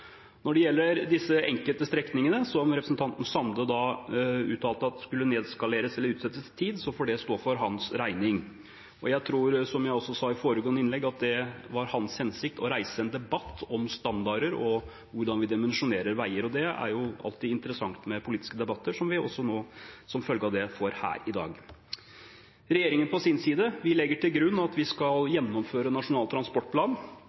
Når det gjelder disse enkelte strekningene, som representanten Sande uttalte at skulle nedskaleres eller utsettes i tid, får det stå for hans regning. Jeg tror, som jeg også sa i foregående innlegg, at det var hans hensikt å reise en debatt om standarder og hvordan vi dimensjonerer veier. Det er alltid interessant med politiske debatter, som vi også som følge av dette får her i dag. Regjeringen på sin side legger til grunn at vi skal gjennomføre Nasjonal transportplan,